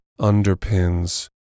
underpins